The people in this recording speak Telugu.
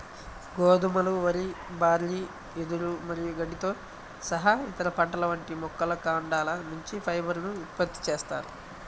గోధుమలు, వరి, బార్లీ, వెదురు మరియు గడ్డితో సహా ఇతర పంటల వంటి మొక్కల కాండాల నుంచి ఫైబర్ ను ఉత్పత్తి చేస్తారు